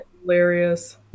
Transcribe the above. hilarious